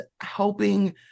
helping